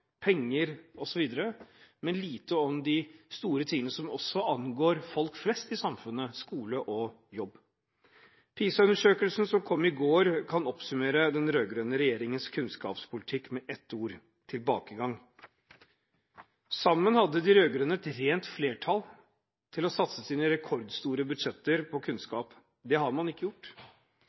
penger osv., men lite om de store tingene som angår folk flest i samfunnet: skole og jobb. PISA-undersøkelsen som kom i går, kan oppsummere den rød-grønne regjeringens kunnskapspolitikk med ett ord: tilbakegang. Sammen hadde de rød-grønne et rent flertall til å satse sine rekordstore budsjetter på kunnskap. Det har man ikke gjort.